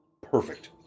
perfect